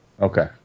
Okay